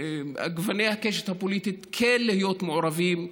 גוני הקשת הפוליטית כן להיות מעורבים,